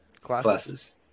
classes